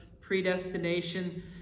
predestination